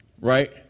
right